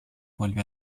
vuelve